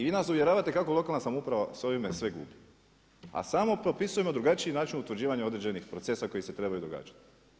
I vi nas uvjeravate kako lokalna samouprava sa ovime sve gubi, a samo propisujemo drugačiji način utvrđivanja određenih procesa koji se trebaju događati.